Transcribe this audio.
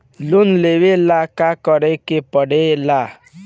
Loan लेबे ला का करे के पड़े ला?